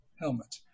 helmet